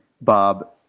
Bob